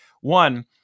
one